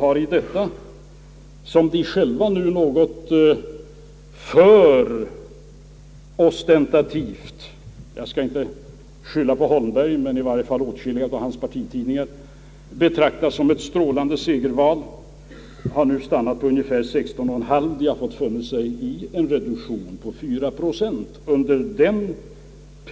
Partiet har nu i vad kanske inte herr Holmberg, men åtskilliga av hans partitidningar ostentativt betecknat som ett strålande segerval fått finna sig i en reduktion med 4 procent ned till